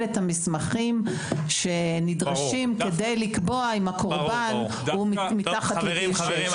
את המסמכים שנדרשים כדי לקבוע אם הקורבן הוא מתחת לגיל 6. חברים,